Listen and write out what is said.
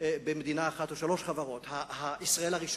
במדינה אחת, או שלוש חברות: ישראל הראשונה,